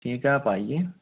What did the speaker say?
ठीक है आप आइए